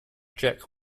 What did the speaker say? jack